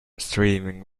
streaming